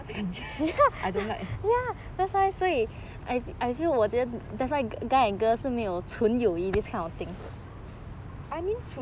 小三的感觉 I don't like I mean